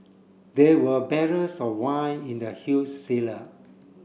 there were barrels of wine in the huge cellar